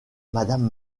madame